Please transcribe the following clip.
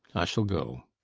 i shall go.